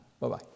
Bye-bye